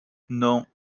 non